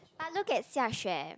but look at xiaxue